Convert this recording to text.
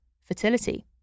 fertility